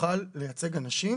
נוכל לייצג אנשים,